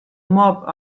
mob